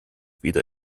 wieder